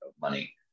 money